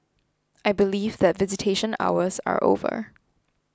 I believe that visitation hours are over